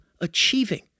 achieving